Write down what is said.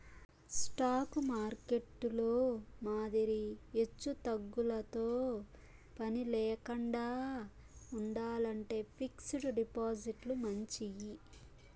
stock మార్కెట్టులో మాదిరి ఎచ్చుతగ్గులతో పనిలేకండా ఉండాలంటే ఫిక్స్డ్ డిపాజిట్లు మంచియి